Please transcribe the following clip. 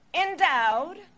Endowed